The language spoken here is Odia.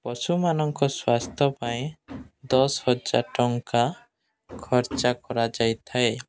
ପଶୁମାନଙ୍କ ସ୍ୱାସ୍ଥ୍ୟ ପାଇଁ ଦଶ ହଜାର ଟଙ୍କା ଖର୍ଚ୍ଚ କରାଯାଇଥାଏ